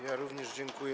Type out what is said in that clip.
Ja również dziękuję.